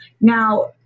Now